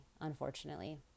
unfortunately